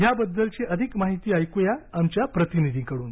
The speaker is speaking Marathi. याबद्दलची अधिक माहिती ऐक्या आमच्या प्रतिनिधींकडून